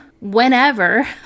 whenever